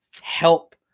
help